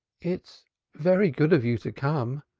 it's very good of you to come.